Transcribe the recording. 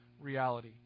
reality